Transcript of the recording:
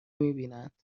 میبینند